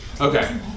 okay